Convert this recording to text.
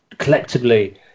collectively